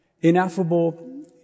ineffable